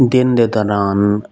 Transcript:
ਦਿਨ ਦੇ ਦੌਰਾਨ